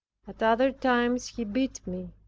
at other times he beat me.